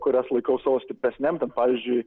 kurias laikau savo stipresnėm ten pavyzdžiui